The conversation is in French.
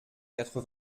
quatre